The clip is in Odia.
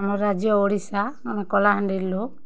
ଆମର୍ ରାଜ୍ୟ ଓଡ଼ିଶା ଆମେ କଳାହାଣ୍ଡିର୍ ଲୋକ୍